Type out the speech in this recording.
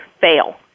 fail